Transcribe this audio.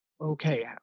okay